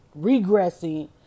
regressing